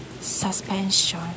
suspension